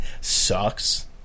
sucks